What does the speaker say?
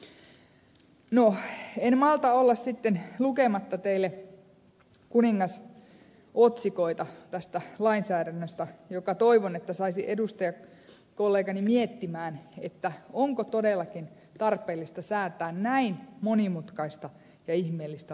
no en malta olla sitten lukematta teille ku ningasotsikoita tästä lainsäädännöstä ja toivon että se saisi edustajakollegani miettimään onko todellakin tarpeellista säätää näin monimutkais ta ja ihmeellistä lainsäädäntöä